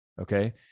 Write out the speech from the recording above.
Okay